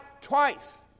twice